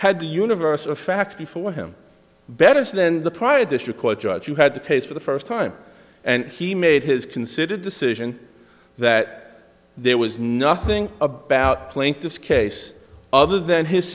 had the universe of facts before him better than the prior district court judge you had the case for the first time and he made his considered decision that there was nothing about plaintiff's case other than his